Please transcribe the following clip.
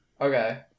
okay